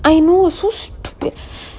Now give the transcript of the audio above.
I know so stupid